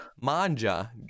manja